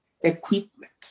equipment